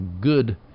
good